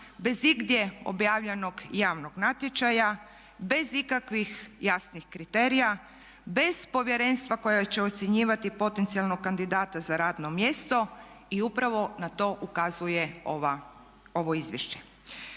bez igdje objavljenog javnog natječaja, bez ikakvih jasnih kriterija, bez povjerenstva koje će ocjenjivati potencijalnog kandidata za radno mjesto i upravo na to ukazuje ovo izvješće.